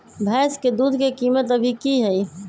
भैंस के दूध के कीमत अभी की हई?